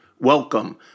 Welcome